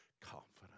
Confidence